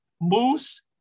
Moose